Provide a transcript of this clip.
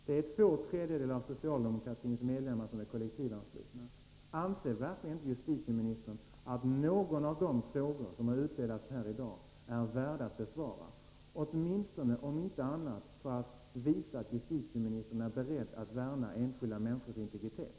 Det är två tredjedelar av det socialdemokratiska partiets medlemmar som är kollektivanslutna. Anser verkligen inte justitieministern att någon av de frågor som har ställts här i dag är värd att besvaras, om inte för annat så för att visa att justitieministern är beredd att värna om enskilda människors integritet?